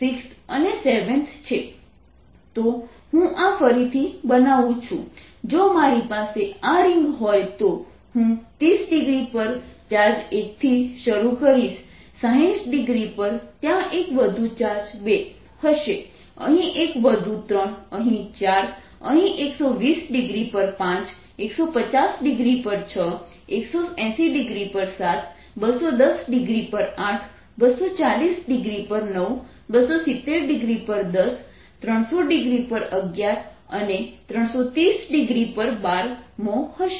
તો હું આ ફરીથી બનાવું છું જો મારી પાસે આ રીંગ હોય તો હું 30 ડિગ્રી પર ચાર્જ 1 થી શરૂ કરીશ 60 ડિગ્રી પર ત્યાં એક વધુ ચાર્જ 2 હશે અહીં એક વધુ 3 અહીં 4 અહીં 120 ડિગ્રી પર 5 150 ડિગ્રી પર 6 180 ડિગ્રી પર 7 210 ડિગ્રી પર 8 240 ડિગ્રી પર 9 270 ડિગ્રી પર 10 300 ડિગ્રી પર 11 અને 330 ડિગ્રી પર 12 મોં હશે